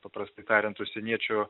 paprastai tariant užsieniečio